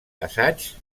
assaigs